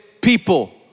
people